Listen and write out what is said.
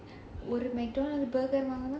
ஒரு தேவையான:oru thevaiyaana McDonals's burger no